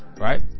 right